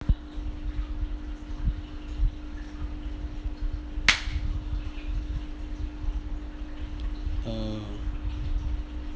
uh